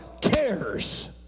cares